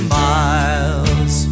miles